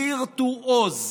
וירטואוז.